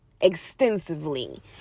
extensively